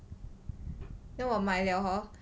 then 我买 liao hor